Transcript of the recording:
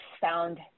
found